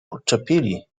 odczepili